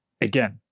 again